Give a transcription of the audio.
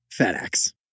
FedEx